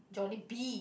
Jollibee